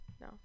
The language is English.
No